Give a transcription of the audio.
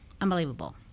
Unbelievable